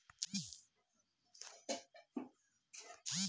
नयी passbook book आवेदन के लिए क्या हमें फीस भरनी पड़ेगी यदि हाँ तो कितनी?